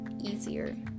easier